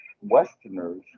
Westerners